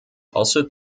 also